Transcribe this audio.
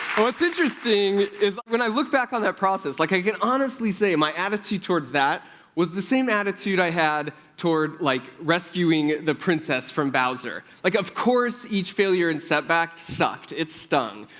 what's interesting is when i look back on that process, like, i can honestly say my attitude towards that was the same attitude i had toward, like, rescuing the princess from bowser. like, of course, each failure and setback sucked it stung.